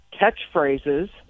catchphrases